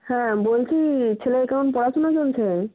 হ্যাঁ বলছি ছেলের কেমন পড়াশোনা চলছে